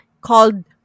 called